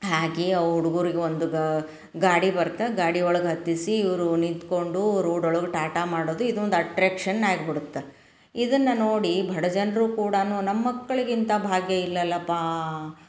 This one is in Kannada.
ಹಾಕಿ ಅವು ಹುಡ್ಗುರಿಗೆ ಒಂದು ಗಾಡಿ ಬರ್ತೆ ಗಾಡಿ ಒಳಗೆ ಹತ್ತಿಸಿ ಇವರು ನಿಂತ್ಕೊಂಡು ರೋಡ್ ಒಳಗೆ ಟಾಟಾ ಮಾಡೋದು ಇದೊಂದು ಅಟ್ರ್ಯಾಕ್ಷನ್ ಆಗ್ಬಿಡ್ತೆ ಇದನ್ನು ನೋಡಿ ಬಡ ಜನರು ಕೂಡಾ ನಮ್ಮ ಮಕ್ಳಿಗೆ ಇಂಥ ಭಾಗ್ಯ ಇಲ್ಲಲ್ಲಪ್ಪ